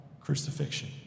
crucifixion